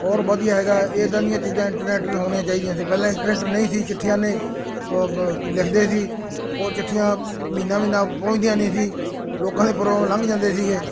ਔਰ ਵਧੀਆ ਹੈਗਾ ਇੱਦਾਂ ਦੀਆਂ ਚੀਜ਼ਾਂ ਇੰਟਰਨੈਟ ਹੋਣੀਆਂ ਚਾਹੀਦੀਆਂ ਸੀ ਪਹਿਲਾਂ ਇੰਟਰਨੈਟ ਨਹੀਂ ਸੀ ਚਿੱਠੀਆਂ ਨੇ ਲਿਖਦੇ ਸੀ ਉਹ ਚਿੱਠੀਆਂ ਮਹੀਨਾ ਮਹੀਨਾ ਪਹੁੰਚਦੀਆਂ ਨਹੀਂ ਸੀ ਲੋਕਾਂ ਦੇ ਪ੍ਰੋਗਰਾਮ ਲੰਘ ਜਾਂਦੇ ਸੀਗੇ